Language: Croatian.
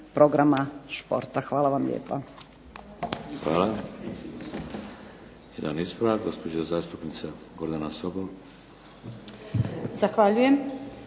programa športa. Hvala vam lijepa.